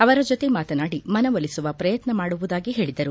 ಅವರ ಜೊತೆ ಮಾತನಾಡಿ ಮನವೊಲಿಸುವ ಪ್ರಯತ್ನ ಮಾಡುವುದಾಗಿ ಹೇಳಿದರು